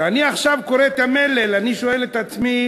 כשאני עכשיו קורא את המלל אני שואל את עצמי